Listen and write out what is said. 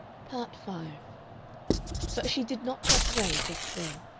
part five but she did not get away just then.